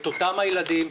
את אותם ילדים,